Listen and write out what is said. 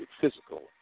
physical